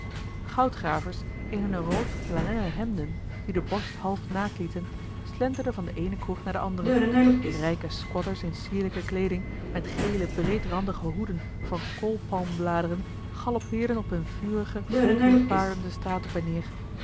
goudgravers in hunne rood flanellen hemden die de borst half naakt lieten slenterden van de eene kroeg naar de andere rijke squatters in sierlijke kleeding met gele breedrandige hoeden van koolpalmbladeren galoppeerden op hunne vurige volbloedpaarden de straat op en neer